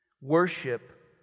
worship